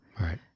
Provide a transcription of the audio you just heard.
right